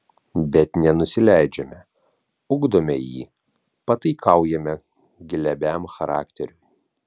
bet nenusileidžiame ugdome jį pataikaujame glebiam charakteriui